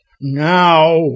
Now